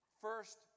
First